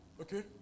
Okay